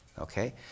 okay